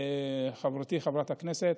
חברתי חברת הכנסת,